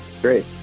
Great